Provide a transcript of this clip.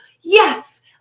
Yes